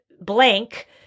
blank